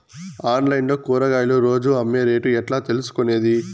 Online లో కూరగాయలు రోజు అమ్మే రేటు ఎట్లా తెలుసుకొనేది?